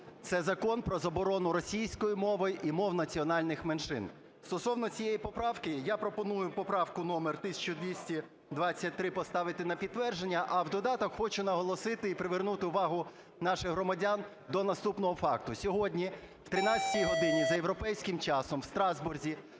це закон про заборону російської мови і мов національних меншин. Стосовно цієї поправки я пропоную поправку номер 1223 поставити на підтвердження. А в додаток хочу наголосити і привернути увагу наших громадян до наступного факту. Сьогодні о 13 годині за європейським часом у Страсбурзі